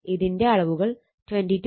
ഇതിന്റെ അളവുകൾ 22